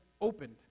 opened